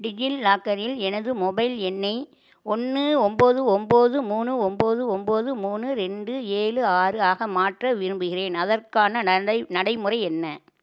டிஜிலாக்கரில் எனது மொபைல் எண்ணை ஒன்று ஒம்பது ஒம்பது மூணு ஒம்பது ஒம்பது மூணு ரெண்டு ஏழு ஆறு ஆக மாற்ற விரும்புகிறேன் அதற்கான நடை நடைமுறை என்ன